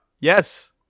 Yes